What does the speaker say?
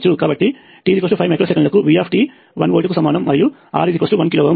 కాబట్టి t 5 micro సెకన్లకు V 1 volt కు సమానం మరియు R 1k